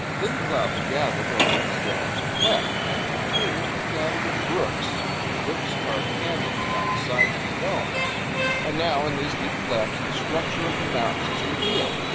then the clouds gathered over these domes and wept, and their tears were gathered in brooks, and the brooks carved canyons down the sides of the domes and now in these deep clefts the structure of the mountains is revealed.